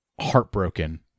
heartbroken